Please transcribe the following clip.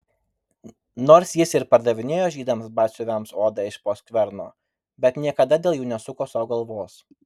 nors jis ir pardavinėjo žydams batsiuviams odą iš po skverno bet niekada dėl jų nesuko sau galvos